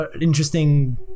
interesting